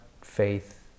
faith